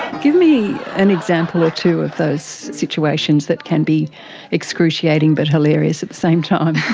give me an example or two of those situations that can be excruciating but hilarious same time.